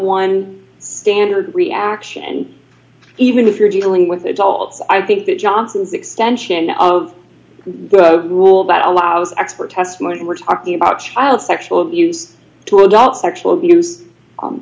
one standard reaction and even if you're dealing with adults i think that johnson's extension of the rule that allows expert testimony and we're talking about child sexual abuse to adult sexual abuse